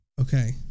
Okay